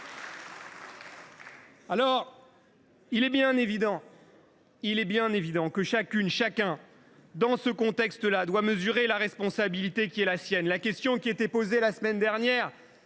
Il est bien évident que chacune et chacun, dans ce contexte là, doit mesurer la responsabilité qui est la sienne. La question posée la semaine dernière